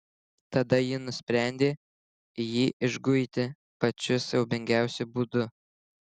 tada ji nusprendė jį išguiti pačiu siaubingiausiu būdu